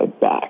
back